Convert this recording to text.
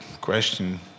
question